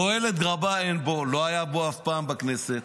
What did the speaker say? תועלת רבה אין בו, לא הייתה בו אף פעם, בכנסת.